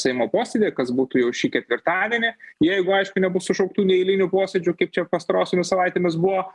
seimo posėdį kas būtų jau šį ketvirtadienį jeigu aišku nebus sušauktų neeilinių posėdžių čia pastarosiomis savaitėmis buvo